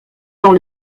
dans